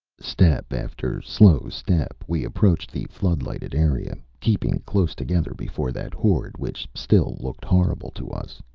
step after slow step, we approached the floodlighted area, keeping close together before that horde which still looked horrible to us.